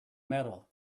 medal